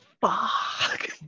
fuck